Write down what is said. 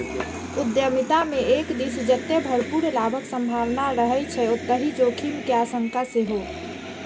उद्यमिता मे एक दिस जतय भरपूर लाभक संभावना रहै छै, ओतहि जोखिम के आशंका सेहो